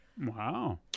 wow